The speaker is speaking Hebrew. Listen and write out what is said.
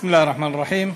בסם אללה א-רחמאן א-רחים.